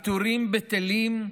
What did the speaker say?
הפיטורים בטלים,